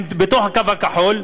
הם בתוך הקו הכחול.